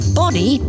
body